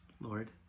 Lord